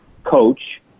coach